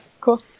cool